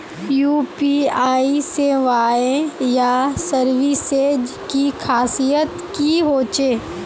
UPI सेवाएँ या services की खासियत की होचे?